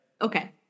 Okay